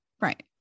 Right